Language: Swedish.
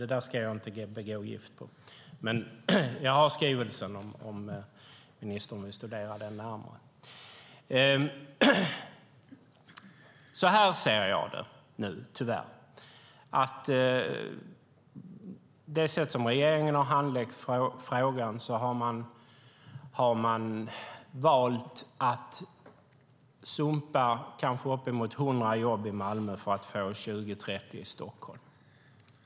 Det ska jag dock inte ta gift på, men jag har skrivelsen om ministern vill studera den närmare. Så här ser jag det nu, tyvärr: Det sätt som regeringen har handlagt frågan på är att den har valt att sumpa kanske uppemot 100 jobb i Malmö för att få 20-30 i Stockholm.